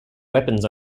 weapons